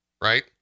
right